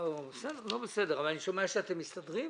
--- אני שומע שאתם מסתדרים?